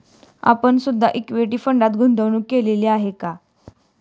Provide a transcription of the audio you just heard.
आपण सुद्धा इक्विटी फंडात गुंतवणूक केलेली आहे का?